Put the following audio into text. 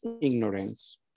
ignorance